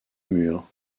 murs